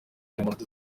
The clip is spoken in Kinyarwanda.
amanota